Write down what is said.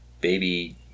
baby